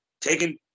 taking